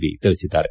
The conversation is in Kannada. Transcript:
ವಿ ತಿಳಿಸಿದ್ದಾರೆ